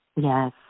Yes